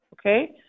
Okay